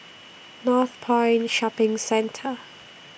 Northpoint Shopping Centre